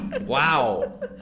Wow